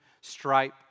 stripe